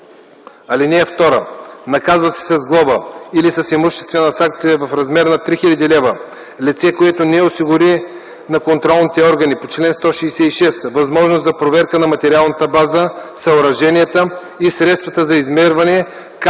ал. 2. (2) Наказва се с глоба или с имуществена санкция в размер 3000 лв. лице, което не осигури на контролните органи по чл. 166 възможност за проверка на материалната база, съоръженията и средствата за измерване, както и